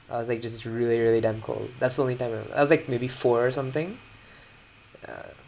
I was like just really really damn cold that's the only time I remember I was like maybe four or something yeah